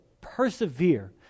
persevere